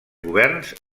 governs